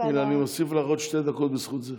על החוק ועל, אני מוסיף לך עוד שתי דקות בזכות זה.